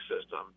system